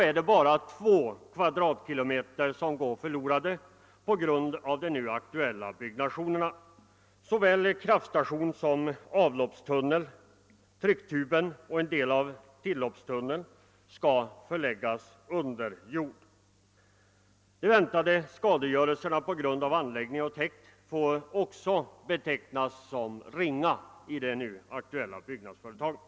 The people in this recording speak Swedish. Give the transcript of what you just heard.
är det bara 2 km2, som går förlorade på grund av den nu aktuella byggnationen. Såväl kraftstation som avloppstunnel, trycktuben och en del av tilloppstunneln förläggs under jord. De väntade skadegörelserna på grund av anläggningar och täkt får också betecknas som ringa i det nu aktuella byggnadsföretaget.